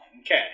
Okay